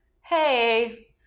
hey